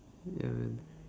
yeah